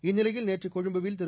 இந்திலையில் நேற்று கொழும்புவில் திரு